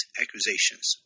accusations